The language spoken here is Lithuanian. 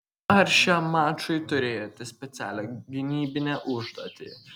ar šiam mačui turėjote specialią gynybinę užduotį